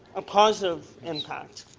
a positive impact.